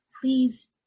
Please